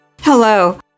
Hello